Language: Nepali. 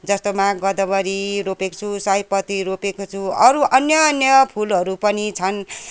जस्तोमा गदावरी रोपेको छु सयपत्री रोपेको छु अरू अन्य अन्य फुलहरू पनि छन्